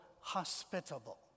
hospitable